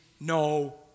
no